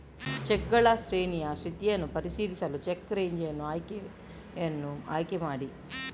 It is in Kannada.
ಚೆಕ್ಗಳ ಶ್ರೇಣಿಯ ಸ್ಥಿತಿಯನ್ನು ಪರಿಶೀಲಿಸಲು ಚೆಕ್ ರೇಂಜ್ ಆಯ್ಕೆಯನ್ನು ಆಯ್ಕೆ ಮಾಡಿ